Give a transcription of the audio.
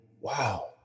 wow